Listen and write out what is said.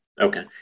Okay